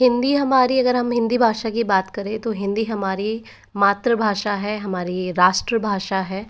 हिंदी हमारी अगर हम हिंदी भाषा की बात करें तो हिंदी हमारी मातृभाषा है हमारी राष्ट्रभाषा है